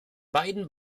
beiden